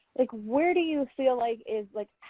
like, where do you feel like is like,